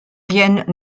viennent